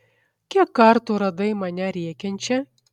kiek kartų radai mane rėkiančią